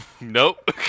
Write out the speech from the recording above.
Nope